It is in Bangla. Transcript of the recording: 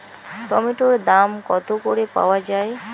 টমেটোর দাম কত করে পাওয়া যায়?